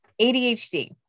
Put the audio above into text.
ADHD